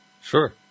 Sure